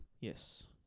Yes